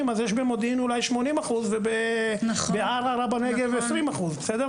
אז יש במודיעין אולי 80% ובערערה בנגב 20%. יכול